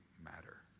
matter